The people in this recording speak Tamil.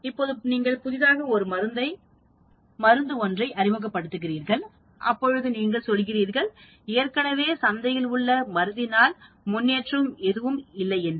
இப்பொழுது நீங்கள் புதிதாக மருந்து ஒன்றை அறிமுகப்படுத்துகிறார்கள் அப்பொழுது நீங்கள் சொல்கிறீர்கள் ஏற்கெனவே சந்தையில் உள்ள மருந்தினால் முன்னேற்றம் எதுவும் இல்லையென்று